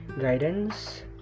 guidance